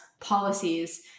policies